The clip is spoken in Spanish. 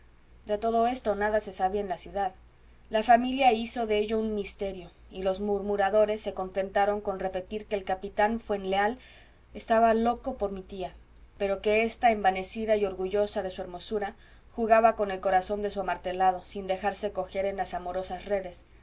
de todo esto nada se sabía en la ciudad la familia hizo de ello un misterio y los murmuradores se contentaron con repetir que el capitán fuenleal estaba loco por mi tía pero que ésta envanecida y orgullosa de su hermosura jugaba con el corazón de su amartelado sin dejarse coger en las amorosas redes